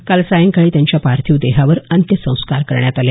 काल सायंकाळी त्यांच्या पार्थिव देहावर अंत्यसंस्कार करण्यात आले